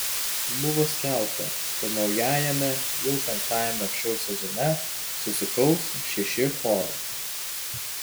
buvo skelbta kad naujajame jau penktajame šou sezone susikaus šeši chorai